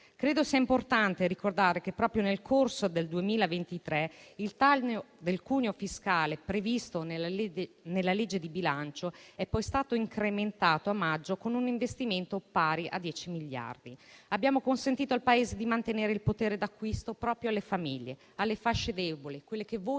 Credo sia importante ricordare che, proprio nel corso del 2023, il taglio del cuneo fiscale previsto nella legge di bilancio è stato incrementato a maggio con un investimento pari a 10 miliardi di euro. Abbiamo consentito di mantenere il potere d'acquisto alle famiglie e alle fasce deboli, quelle che voi